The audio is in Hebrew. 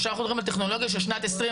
עכשיו אנחנו מדברים על טכנולוגיה של שנת 2021,